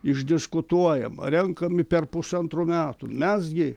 išdiskutuojama renkami per pusantrų metų mes gi